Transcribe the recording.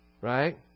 right